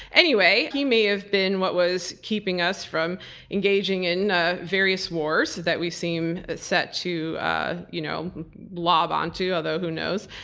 anyway, he may have been what was keeping us from engaging in various wars that we've seen set to ah you know lob on to, although who knows.